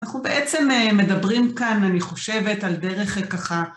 אנחנו בעצם מדברים כאן, אני חושבת, על דרך ככה.